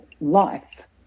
life